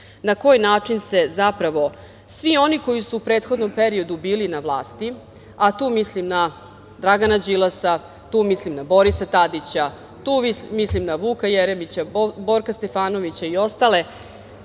na koji način se zapravo svi oni koji su u prethodnom periodu bili na vlasti, a tu mislim na Dragana Đilasa, tu mislim na Borisa Tadića, tu mislim na Vuka Jeremića, Borka Stefanovića i ostale,